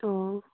অ'